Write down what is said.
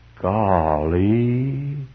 golly